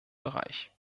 bereich